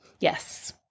Yes